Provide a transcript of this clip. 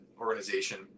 organization